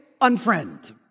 unfriend